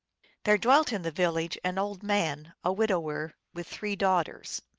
there dwelt in the village an old man, a widower, with three daughters.